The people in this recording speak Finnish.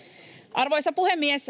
arvoisa puhemies